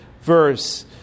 verse